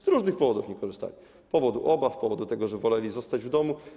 Z różnych powodów nie korzystali: z powodu obaw, z powodu tego, że woleli zostać w domu.